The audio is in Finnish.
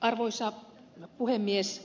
arvoisa puhemies